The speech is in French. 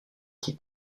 qui